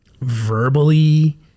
verbally